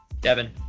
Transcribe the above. Devin